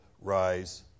rise